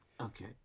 Okay